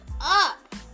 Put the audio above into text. up